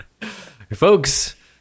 folks